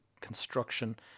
construction